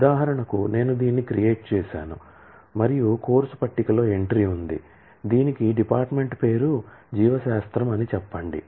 ఉదాహరణకు నేను దీన్ని క్రియేట్ చేసాను మరియు కోర్సు టేబుల్ లో ఎంట్రీ ఉంది దీనికి డిపార్ట్మెంట్ పేరు జీవశాస్త్రం అని చెప్పండి